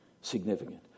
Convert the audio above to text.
significant